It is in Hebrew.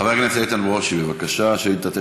חבר הכנסת ברושי, בבקשה, שאילתה 973,